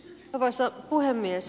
arvoisa puhemies